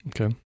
Okay